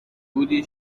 بودی